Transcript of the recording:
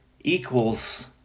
equals